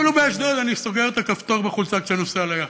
אפילו באשדוד אני סוגר את הכפתור בחולצה כשאני נוסע לים.